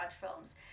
films